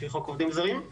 לפי חוק עובדים זרים.